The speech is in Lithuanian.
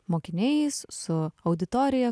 mokiniais su auditorija